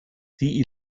die